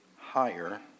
higher